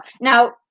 Now